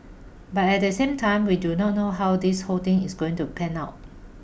but at the same time we do not know how this whole thing is going to pan out